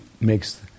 makes